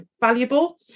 valuable